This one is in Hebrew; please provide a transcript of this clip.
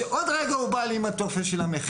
שעוד רגע הוא בא לי עם הטופס של המכינה.